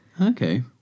Okay